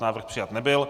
Návrh přijat nebyl.